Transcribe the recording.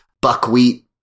Buckwheat